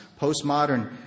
postmodern